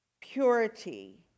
Purity